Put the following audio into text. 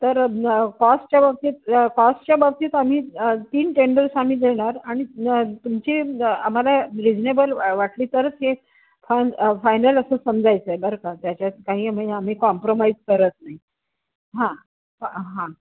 तर कॉस्टच्या बाबतीत कॉस्टच्या बाबतीत आम्ही तीन टेंडल्स आम्ही देणार आणि तुमची आम्हाला रिजनेबल वाटली तरच हे फान फायनल असं समजायचं आहे बरं का त्याच्यात काही म्हणजे आम्ही कॉम्प्रोमाईज करत नाही हा हा